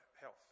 health